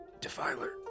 Defiler